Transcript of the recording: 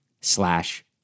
slash